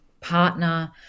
partner